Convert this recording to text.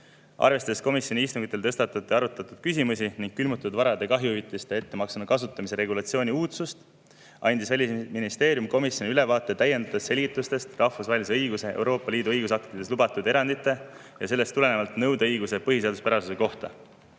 Arvestades komisjoni istungitel tõstatatud ja arutatud küsimusi ning külmutatud varade kahjuhüvitise ettemaksuna kasutamise regulatsiooni uudsust, andis Välisministeerium komisjonile ülevaate täiendavatest selgitustest rahvusvahelise õiguse, Euroopa Liidu õigusaktides lubatud erandite ja sellest tulenevalt nõudeõiguse põhiseaduspärasuse kohta.